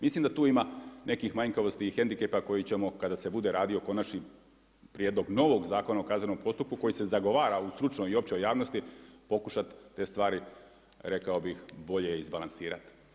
Mislim da tu ima nekih manjkavosti i hendikepa koji ćemo kada se bude radio konačni prijedlog novog zakona o kaznenom postupku koji se zagovara u stručnoj i općoj javnosti pokušati te stvari rekao bih bolje izbalansirati.